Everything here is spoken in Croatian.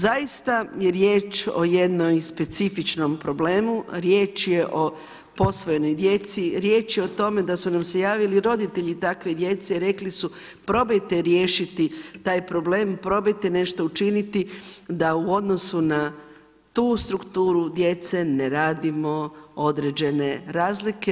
Zaista je riječ o jednom specifičnom problemu, riječ je o posvojenoj djeci, riječ je o tome da su nam se javili roditelji takve djece i rekli su probajte riješiti taj problem, probajte nešto učiniti da u odnosu na tu strukturu djece ne radimo određene razlike.